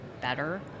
better